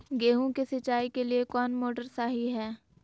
गेंहू के सिंचाई के लिए कौन मोटर शाही हाय?